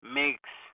makes